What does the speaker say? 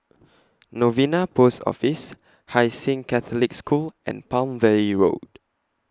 Novena Post Office Hai Sing Catholic School and Palm Valley Road